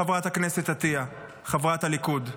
חברת הכנסת עטייה, חברת הליכוד.